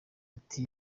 ati